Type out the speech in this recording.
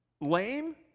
lame